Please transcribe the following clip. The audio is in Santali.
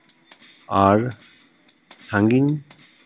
ᱟᱨ ᱥᱟᱺᱜᱤᱧ